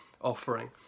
offering